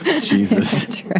Jesus